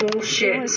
Bullshit